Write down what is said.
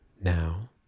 now